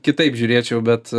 kitaip žiūrėčiau bet